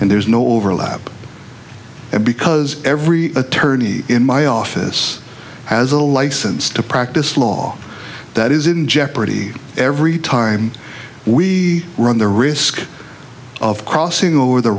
there's no overlap because every attorney in my office has a license to practice law that is in jeopardy every time we run the risk of crossing over the